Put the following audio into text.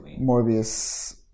Morbius